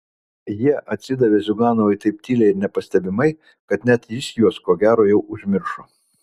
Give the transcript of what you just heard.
jie atsidavė ziuganovui taip tyliai ir nepastebimai kad net jis juos ko gero jau užmiršo